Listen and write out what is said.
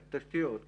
תשתיות.